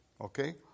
okay